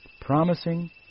promising